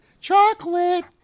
Chocolate